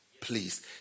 please